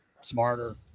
smarter